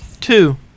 Two